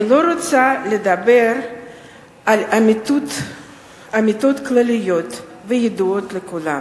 אני לא רוצה לדבר על אמיתות כלליות וידועות לכולם.